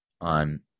on